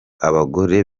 abagore